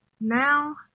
now